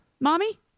mommy